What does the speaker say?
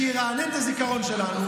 שירענן את הזיכרון שלנו.